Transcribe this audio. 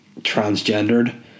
transgendered